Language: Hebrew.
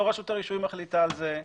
לא רשות הרישוי מחליטה על זה,